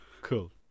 Cool